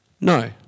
No